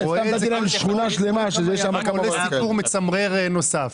זה סיפור מצמרר נוסף.